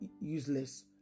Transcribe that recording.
useless